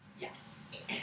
Yes